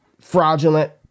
fraudulent